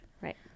Right